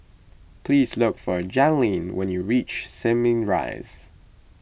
please look for Jailene when you reach Simei Rise